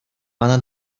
она